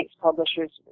publishers